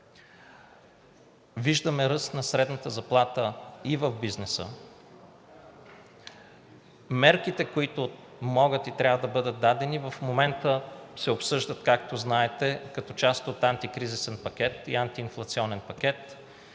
Виждаме ръст на средната заплата и в бизнеса. Мерките, които могат и трябва да бъдат дадени, в момента се обсъждат, както знаете, като част от антикризисен пакет и антиинфлационен пакет.